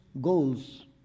goals